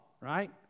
right